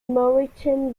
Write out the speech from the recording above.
moreton